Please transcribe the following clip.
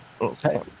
Okay